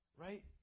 right